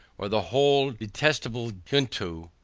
or the whole detestable junto,